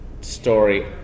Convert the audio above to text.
story